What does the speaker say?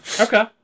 Okay